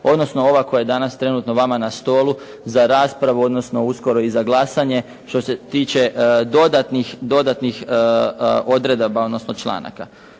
odnosno ova koja je danas trenutno vama na stolu za raspravu, odnosno uskoro i za glasanje, što se tiče dodatnih odredaba, odnosno članaka.